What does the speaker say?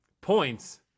points